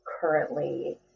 currently